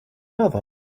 mother